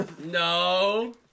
No